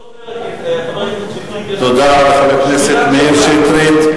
באותו פרק, חבר הכנסת שטרית,